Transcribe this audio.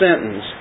sentence